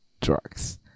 drugs